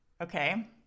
Okay